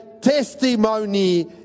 testimony